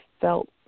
felt